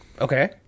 Okay